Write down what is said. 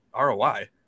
ROI